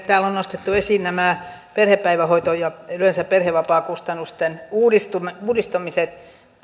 täällä on nostettu esiin perhepäivähoidon ja yleensä perhevapaakustannusten uudistamiset uudistamiset